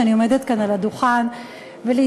שאני עומדת כאן על הדוכן ולהתייחס